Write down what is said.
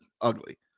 ugly